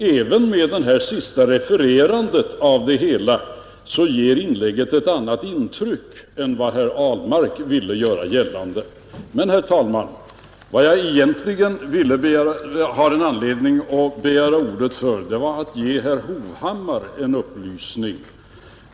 Även med det här sista refererandet av det hela ger inlägget ett annat intryck än vad herr Ahlmark ville göra gällande. Men, herr talman, vad jag egentligen hade anledning att begära ordet för var för att ge herr Hovhammar en upplysning.